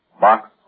Box